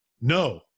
no